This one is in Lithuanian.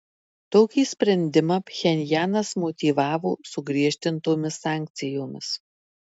tokį sprendimą pchenjanas motyvavo sugriežtintomis sankcijomis